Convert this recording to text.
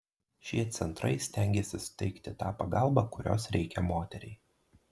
šie centrai stengiasi suteikti tą pagalbą kurios reikia moteriai